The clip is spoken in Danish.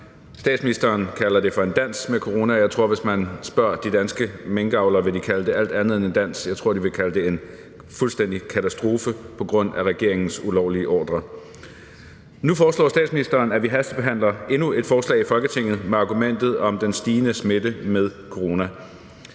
Statsministeren kalder det for en dans med corona, men jeg tror, at hvis man spørger de danske minkavlere, vil de kalde det alt andet end en dans – jeg tror, de vil kalde det en fuldstændig katastrofe på grund af regeringens ulovlige ordre. Nu foreslår statsministeren, at vi hastebehandler endnu et forslag i Folketinget med argumentet om den stigende smitte med corona.